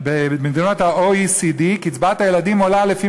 במדינות ה-OECD קצבת הילדים עולה לפי